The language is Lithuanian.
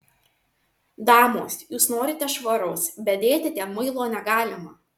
damos jūs norite švaros bet dėti ten muilo negalima